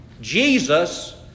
Jesus